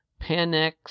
Panex